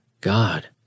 God